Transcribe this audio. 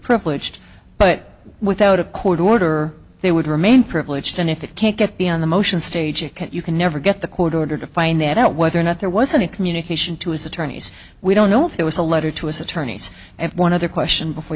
privileged but without a court order they would remain privileged and if it can't get be on the motion stage it can you can never get the court order to find that out whether or not there was any communication to his attorneys we don't know if there was a letter to his attorneys and one other question before